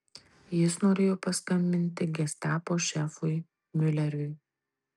jis norėjo paskambinti gestapo šefui miuleriui